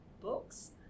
books